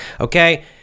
okay